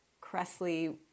Cressley